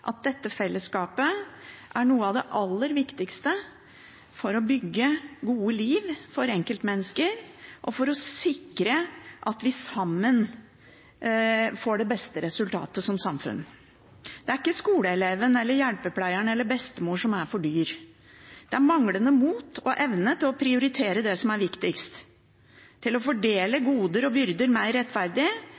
at dette fellesskapet er noe av det aller viktigste for å bygge et godt liv for enkeltmennesker, og for å sikre at vi sammen får det beste resultatet som samfunn. Det er ikke skoleeleven, hjelpepleieren eller bestemor som er for dyr, det er manglende mot og evne til å prioritere det som er viktigst, til å fordele goder og byrder mer rettferdig